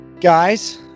guys